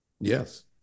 Yes